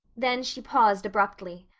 then she paused abruptly.